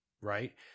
right